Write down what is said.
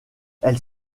elle